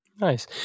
nice